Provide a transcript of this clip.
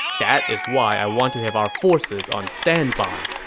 that is why i want to have our forces on standby.